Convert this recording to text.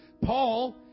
Paul